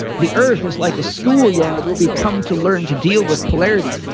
the earth is like a school yard where we come to learn to deal with polarity.